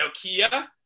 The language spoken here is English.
Nokia